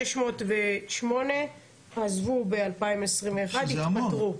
יש 608 עזבו ב-2021, התפטרו.